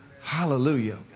Hallelujah